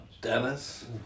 Dennis